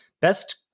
best